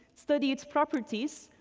study its properties,